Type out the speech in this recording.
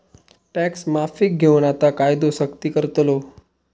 tax माफीक घेऊन आता कायदो सख्ती करतलो